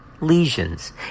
lesions